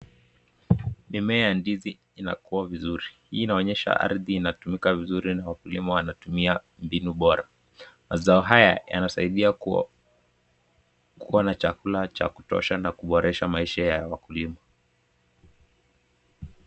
Mimea ya ndizi inakua vizuri, hii inaonyesha ardhi inatumika vizuri na wakulima wanatumia mbinu bora. Mazao haya yanasaidia kukuwa na chakula cha kutosha na kuboresha maisha ya wakulima.